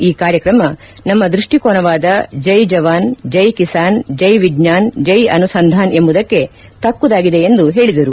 ಈ ಕಾರ್ಯಕ್ರಮ ನಮ್ಮ ದೃಷ್ಟಿಕೋನವಾದ ಜೈ ಜವಾನ್ ಜೈ ಕಿಸಾನ್ ಜ್ಟೆ ವಿಜ್ಞಾನ್ ಜೈ ಅನುಸಂಧಾನ್ ಎಂಬುದಕ್ಕೆ ತಕ್ಕುದಾಗಿದೆ ಎಂದು ಹೇಳಿದರು